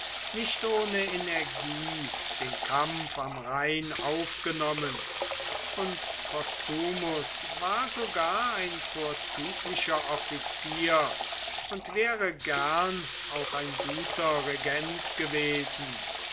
nicht ohne energie den kampf am rhein aufgenommen und postumus war sogar ein vorzüglicher offizier und wäre gern auch ein guter regent gewesen